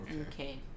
Okay